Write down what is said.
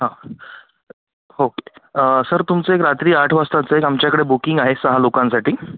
हां हो सर तुमचं एक रात्री आठ वाजताचं एक आमच्याकडे बुकिंग आहे सहा लोकांसाठी